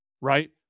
right